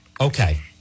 Okay